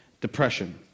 depression